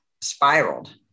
spiraled